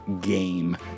game